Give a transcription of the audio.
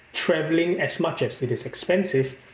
travelling as much as it is expensive